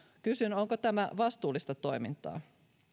kysyn onko tämä vastuullista toimintaa